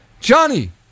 Johnny